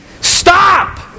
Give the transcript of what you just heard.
Stop